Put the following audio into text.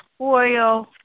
oil